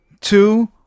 two